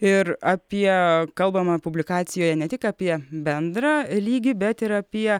ir apie kalbama publikacijoje ne tik apie bendrą lygį bet ir apie